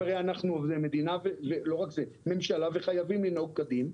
והרי אנחנו ממשלה וחייבים לנהוג כדין,